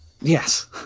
Yes